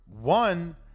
one